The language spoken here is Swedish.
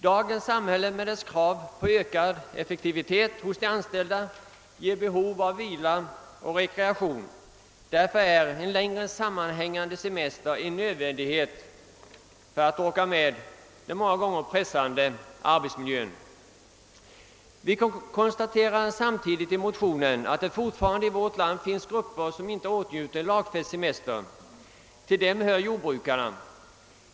Dagens samhälle med sina krav på ökad effektivitet hos de anställda skapar behov av vila och rekreation. En längre, sammanhängande semester är en nödvändighet för att man skall orka med den många gånger pressande arbetsmiljön. Samtidigt konstaterar vi emellertid att det i vårt land fortfarande finns grupper som inte åtnjuter lagfäst semester. Till dem hör jordbrukarna.